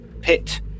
pit